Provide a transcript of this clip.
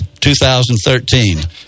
2013